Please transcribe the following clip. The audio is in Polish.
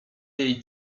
jej